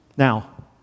Now